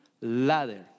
ladder